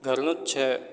ઘરનું જ છે